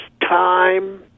time